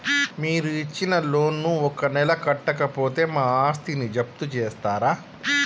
మీరు ఇచ్చిన లోన్ ను ఒక నెల కట్టకపోతే మా ఆస్తిని జప్తు చేస్తరా?